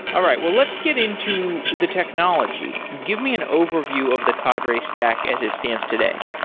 all right. well, let's get into the technology. give me an overview of the cadre stack as it stands today.